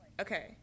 okay